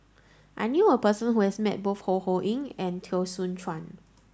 I knew a person who has met both Ho Ho Ying and Teo Soon Chuan